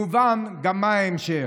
מובן גם מה ההמשך.